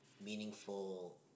meaningful